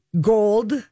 Gold